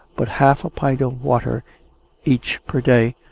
but half a pint of water each per day,